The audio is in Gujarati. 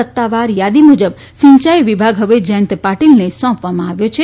સત્તાવાર થાદી મુજબ સિંચાઇ વિભાગ હવે જયંત પાટીલને સોંપવામાં આવ્યો છે